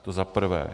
To zaprvé.